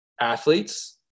athletes